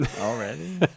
already